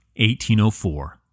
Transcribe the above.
1804